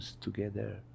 together